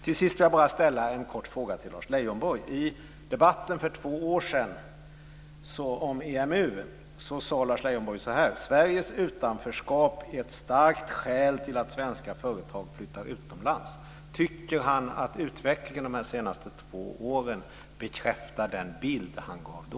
Till sist vill jag bara ställa en kort fråga till Lars Lars Leijonborg att Sveriges utanförskap är ett starkt skäl till att svenska företag flyttar utomlands. Tycker han att utvecklingen de senaste två åren bekräftar den bild han gav då?